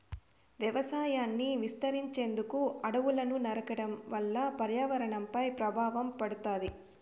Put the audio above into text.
వ్యవసాయాన్ని విస్తరించేందుకు అడవులను నరకడం వల్ల పర్యావరణంపై ప్రభావం పడుతాది